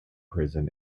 prison